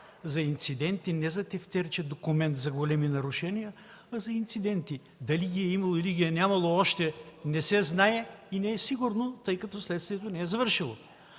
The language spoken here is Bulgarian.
За инциденти, не за тефтерче-документ за големи нарушения, а за инциденти – дали ги е имало, или ги е нямало, още не се знае и не е сигурно, тъй като следствието не е завършило.